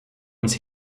uns